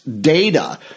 data